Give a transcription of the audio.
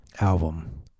album